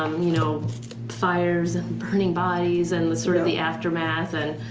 um you know fires and burning bodies, and sort of the aftermath. and